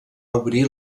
obrir